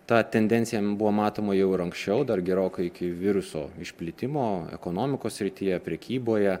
ta tendencija buvo matoma jau ir anksčiau dar gerokai iki viruso išplitimo ekonomikos srityje prekyboje